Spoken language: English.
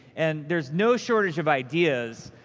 and there's no shortage of ideas.